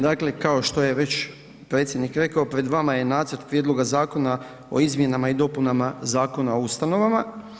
Dakle, kao što je već predsjednik rekao, pred vama je nacrt Prijedloga zakona o izmjenama i dopunama Zakona o ustanovama.